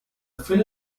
film